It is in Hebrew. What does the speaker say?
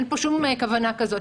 אין פה שום כוונה כזאת.